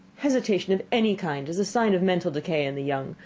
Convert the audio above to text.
hesitation of any kind is a sign of mental decay in the young,